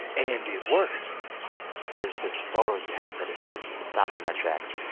and it worked there's this photo you have that has just it stopped me in my tracks.